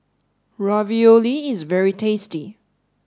Ravioli is very tasty